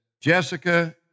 Jessica